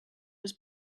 was